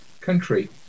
country